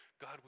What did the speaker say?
God